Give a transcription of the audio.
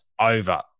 over